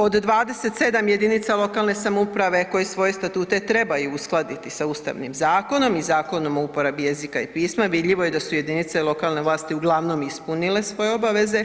Od 27 jedinica lokalne samouprave koje svoje statute trebaju uskladiti sa Ustavnim zakonom i Zakonom o uporabi jezika i pisma, vidljivo je da su jedinice lokalne vlasti uglavnom ispunile svoje obaveze